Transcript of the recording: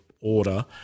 Order